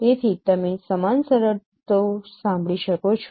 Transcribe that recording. તેથી તમે સમાન શરતો સાંભળી શકો છો